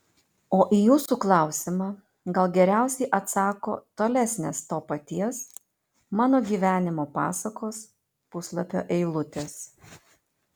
o į jūsų klausimą gal geriausiai atsako tolesnės to paties mano gyvenimo pasakos puslapio eilutės